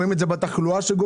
רואים את זה בתחלואה שגוברת,